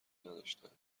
نداشتند